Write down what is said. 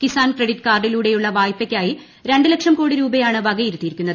Kisan credit കാർഡിലൂടെയുള്ള വായ്പയ്ക്കായി രണ്ട് ലക്ഷം കോടി രൂപയാണ് വകയിരുത്തിയിരിക്കുന്നത്